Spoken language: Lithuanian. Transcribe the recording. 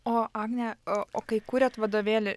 o agne o o kai kūrėt vadovėlį